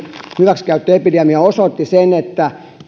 hyväksikäyttöepidemia osoitti sen että